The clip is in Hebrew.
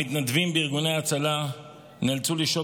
המתנדבים בארגוני ההצלה נאלצו לשהות